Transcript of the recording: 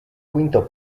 quinto